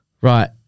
Right